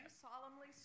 solemnly